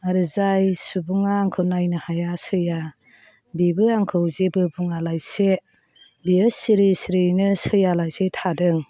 आरो जाय सुबुङा आंखौ नायनो हाया सैया बिबो आंखौ जेबो बुङा लासे बियो सिरि सिरियैनो सैयालासे थादों